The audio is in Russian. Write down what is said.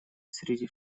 среди